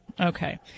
Okay